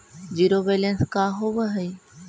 Zero balance का होव हइ?